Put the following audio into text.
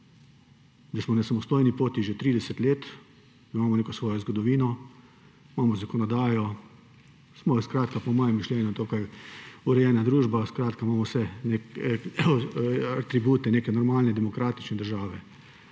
da smo na samostojni poti že 30 let, imamo neko svojo zgodovino, imamo zakonodajo, smo po mojem mišljenju dokaj urejena družba, imamo vse atribute neke normalne demokratične države.